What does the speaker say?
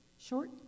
Short